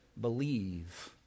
believe